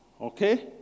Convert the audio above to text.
Okay